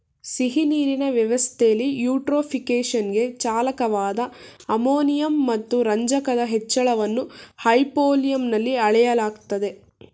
ಸಿಹಿನೀರಿನ ವ್ಯವಸ್ಥೆಲಿ ಯೂಟ್ರೋಫಿಕೇಶನ್ಗೆ ಚಾಲಕವಾದ ಅಮೋನಿಯಂ ಮತ್ತು ರಂಜಕದ ಹೆಚ್ಚಳವನ್ನು ಹೈಪೋಲಿಯಂನಲ್ಲಿ ಅಳೆಯಲಾಗ್ತದೆ